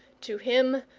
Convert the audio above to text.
to him,